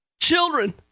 children